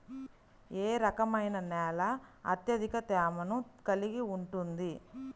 ఏ రకమైన నేల అత్యధిక తేమను కలిగి ఉంటుంది?